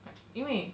like 因为